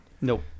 nope